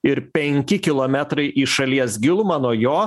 ir penki kilometrai į šalies gilumą nuo jo